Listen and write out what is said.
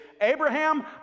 Abraham